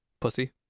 Pussy